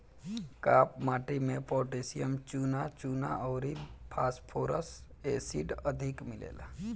काप माटी में पोटैशियम, चुना, चुना अउरी फास्फोरस एसिड अधिक मिलेला